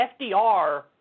FDR